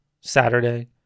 Saturday